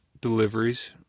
deliveries